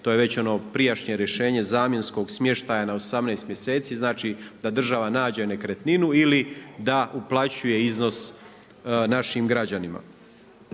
to je već ono prijašnje rješenje zamjenskog smještaja na 18 mjeseci, znači da država nađe nekretninu ili da uplaćuje iznos našim građanima.